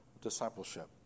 discipleship